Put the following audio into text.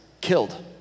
killed